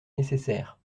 nécessaire